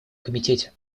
комитете